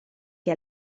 che